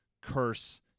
curse